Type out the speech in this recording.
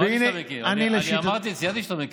אמרתי שאתה מכיר, ציינתי שאתה מכיר.